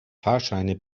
fahrscheine